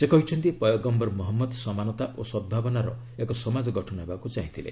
ସେ କହିଛନ୍ତି ପୟଗମ୍ଘର ମହମ୍ମଦ ସମାନତା ଓ ସଦ୍ଭାବନାର ଏକ ସମାଜ ଗଠନ ହେବାକୁ ଚାହିଁଥିଲେ